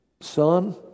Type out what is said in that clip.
son